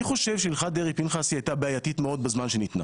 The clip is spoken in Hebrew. אני חושב שהלכת דרעי-פנחסי הייתה בעייתית מאוד בזמן שניתנה